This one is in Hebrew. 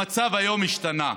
המצב היום השתנה.